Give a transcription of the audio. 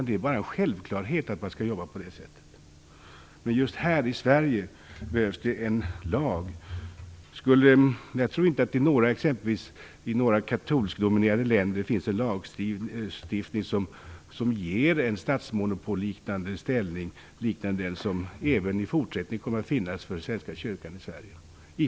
Det är bara en självklarhet att kyrkorna skall arbeta på det sättet. Men just här i Sverige behövs det en lag. Jag tror inte att det t.ex. i några katolskdominerade länder finns en lagstiftning som ger en statsmonopolliknande ställning liknande den som även i fortsättningen i praktiken kommer att finnas för Svenska kyrkan i Sverige.